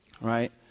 Right